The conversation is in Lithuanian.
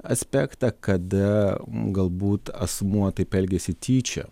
aspektą kada galbūt asmuo taip elgiasi tyčia